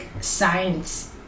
science